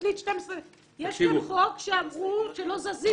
תבטלי את 12. יש כאן חוק שאמרו שלא זזים